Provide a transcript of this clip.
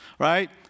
Right